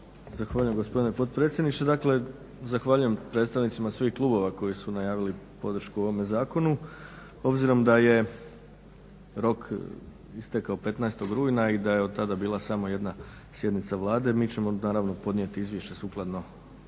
Zahvaljujem gospodine potpredsjedniče. Dakle zahvaljujem predstavnicima svih klubova koji su najavili podršku ovome zakonu. Obzirom da je rok istekao 15.rujna i da je od tada bila samo jedna sjednica Vlade mi ćemo naravno podnijeti izvješće sukladno